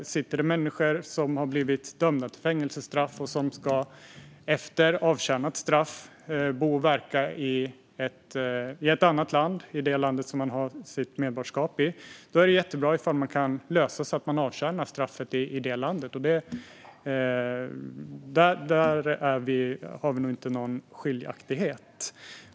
När det gäller människor som har blivit dömda till fängelsestraff och efter avtjänat straff ska bo och verka i ett annat land, där de har sitt medborgarskap, är det jättebra om det kan lösas så att de kan avtjäna straffet i det landet. Där har vi nog inte någon skiljaktighet.